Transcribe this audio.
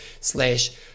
slash